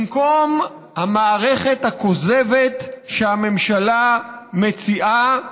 במקום המערכת הכוזבת שהממשלה מציעה,